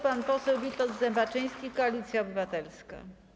Pan poseł Witold Zembaczyński, Koalicja Obywatelska.